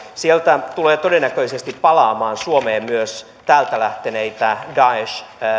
sieltä tulee todennäköisesti palaamaan suomeen myös täältä lähteneitä daesh